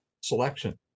selection